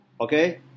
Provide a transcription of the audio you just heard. Okay